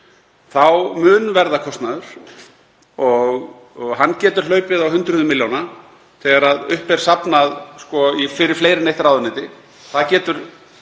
þá mun verða kostnaður og hann getur hlaupið á hundruðum milljóna þegar upp er safnað fyrir fleiri en eitt ráðuneyti. Það getur